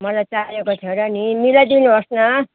मलाई चाहिएको थियो र नि मिलाइदिनुहोस् न